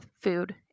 food